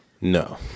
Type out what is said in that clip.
No